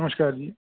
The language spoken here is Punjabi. ਨਮਸ਼ਕਾਰ ਜੀ